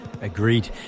Agreed